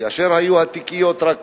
כאשר היו התיקיות רק